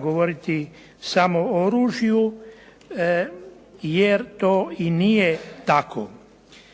govoriti samo o oružju, jer to i nije tako.